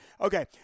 Okay